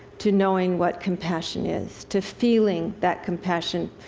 to knowing what compassion is, to feeling that compassion.